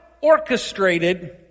orchestrated